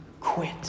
quit